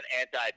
anti